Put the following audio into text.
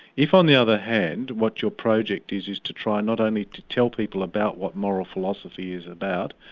if on the other hand what your project is is to try not only to tell people about what moral philosophy is about,